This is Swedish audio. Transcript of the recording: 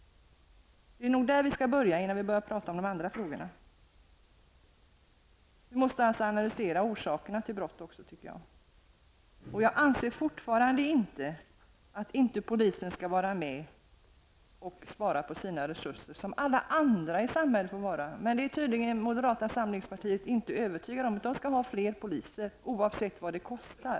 Det är nog där vi skall börja, innan vi börjar tala om de andra frågorna. Vi måste alltså även analysera orsakerna till att brott begås. Jag anser fortfarande att polisen skall vara med och spara in på sina resurser, precis som alla andra i samhället. Men moderaterna är tydligen inte övertygade om detta, utan de skall ha fler poliser oavsett vad det kostar.